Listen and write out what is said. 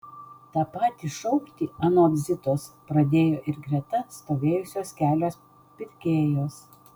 tą patį šaukti anot zitos pradėjo ir greta stovėjusios kelios pirkėjos